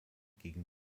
gegen